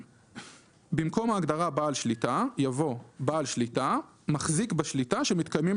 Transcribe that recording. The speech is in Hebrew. "במקום ההגדרה "בעל השליטה" יבוא: ""בעל שליטה" - מחזיק בשליטה שמתקיימים